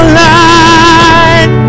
light